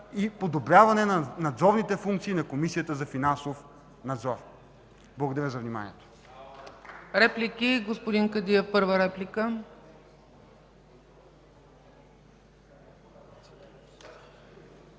и подобряване на надзорните функции на Комисията за финансов надзор. Благодаря.